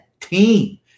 team